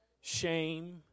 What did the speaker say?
shame